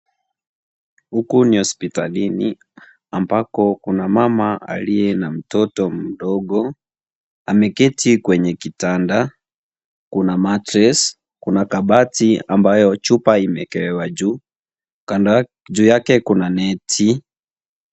Huku ni hospitalini, ambako kuna mama aliye na mtoto mdogo. Ameketi kwenye kitanda. Kuna mattress , kuna kabati ambayo chupa imeekelewa juu. Juu yake kuna neti.